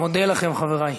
אני מודה לכם, חברי.